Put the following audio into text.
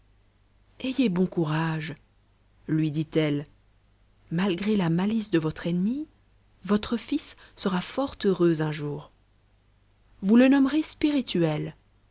ayez bon courage lui dit-elle malgré la malice de votre ennemie votre fils sera heureux un jour vous le nommerez spirituel